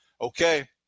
okay